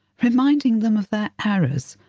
reminding them of their errors,